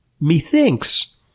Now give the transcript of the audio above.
methinks